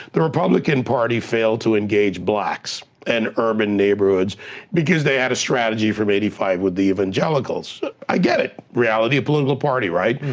the republican party failed to engage blacks and urban neighborhoods because they had a strategy from eighty five with the evangelicals. i get it, reality of political party, right.